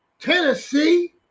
Tennessee